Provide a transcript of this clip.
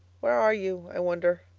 where are you, i wonder?